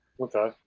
okay